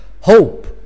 Hope